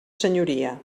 senyoria